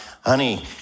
honey